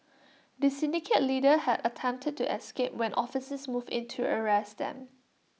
the syndicate leader had attempted to escape when officers moved in to arrest them